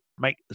make